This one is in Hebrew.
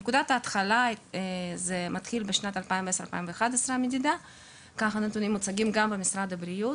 המדידה התחילה בשנת 2010-2011 והנתונים האלה מוצגים גם במשרד הבריאות.